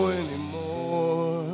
anymore